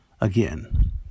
again